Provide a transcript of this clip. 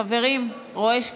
יו"ר סיעת